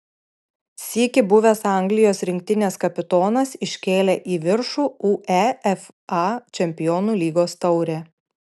sykį buvęs anglijos rinktinės kapitonas iškėlė į viršų uefa čempionų lygos taurę